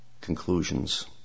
conclusions